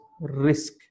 risk